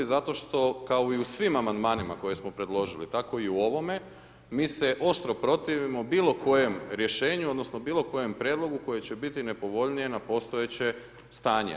Zato što kao i u svim amandmanima koje smo predložili tako i u ovome mi se oštro protivimo bilo kojem rješenju odnosno bilo koje prijedlogu koje će biti nepovoljnije na postojeće stanje.